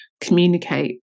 communicate